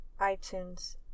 iTunes